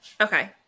Okay